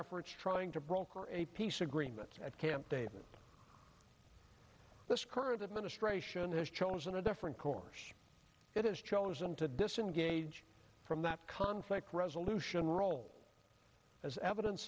efforts trying to broker a peace agreement at camp david this current administration has chosen a different course it has chosen to disengage from that conflict resolution role as evidence